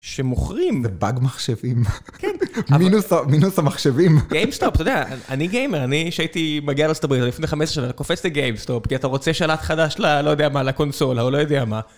שמוכרים בבאג מחשבים מינוס המחשבים אני גיימר אני שהייתי מגיע לפני 15 שנה קופץ לגיימסטופ כי אתה רוצה שלט חדש לא יודע מה לקונסולה או לא יודע מה.